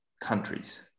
countries